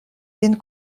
vin